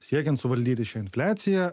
siekiant suvaldyti šią infliaciją